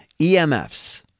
EMFs